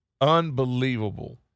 unbelievable